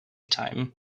time